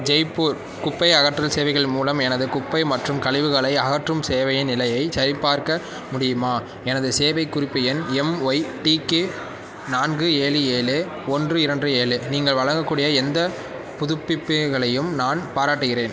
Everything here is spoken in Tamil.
ஜெய்ப்பூர் குப்பை அகற்றல் சேவைகள் மூலம் எனது குப்பை மற்றும் கழிவுகளை அகற்றும் சேவையின் நிலையைச் சரிபார்க்க முடியுமா எனது சேவை குறிப்பு எண் எம்ஒய்டிகே நான்கு ஏழு ஏழு ஒன்று இரண்டு ஏழு நீங்கள் வழங்கக்கூடிய எந்த புதுப்பிப்புகளையும் நான் பாராட்டுகிறேன்